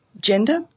gender